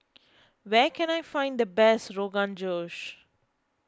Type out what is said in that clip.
where can I find the best Rogan Josh